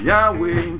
Yahweh